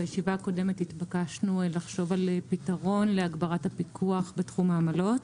בישיבה הקודמת התבקשנו לחשוב על פתרון להגברת הפיקוח בתחום העמלות.